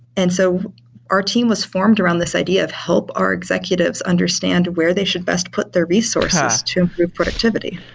and so our team was formed around this idea of help our executives understand where they should best put their resources to improve productivity.